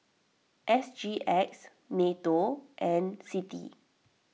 S G X Nato and Citi